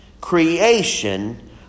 creation